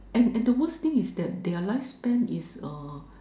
and and the worst thing is that their lifespan is uh